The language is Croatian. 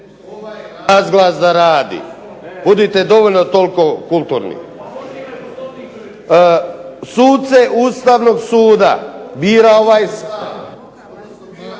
razglas da radi, budite toliko kulturni. Suce Ustavnog suda bira ovaj